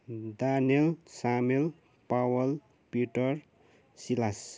Daniel Samuel Paul Peter Silas